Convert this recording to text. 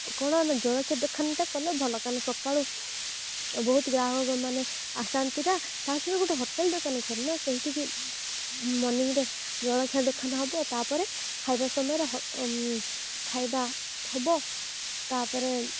କ'ଣ ନା ଜଳଖିଆ ଦୋକାନଟେ କଲେ ଭଲ କାରଣ ସକାଳୁ ବହୁତ ଗ୍ରାହକମାନେ ଆସାନ୍ତି ନା ତା ସହିତ ଗୋଟେ ହୋଟେଲ ଦୋକାନ କରୁନ ସେଇଠିକି ମର୍ଣ୍ଣିରେ ଜଳଖିଆ ଦୋକାନ ହେବ ତାପରେ ଖାଇବା ସମୟରେ ଖାଇବା ହେବ ତାପରେ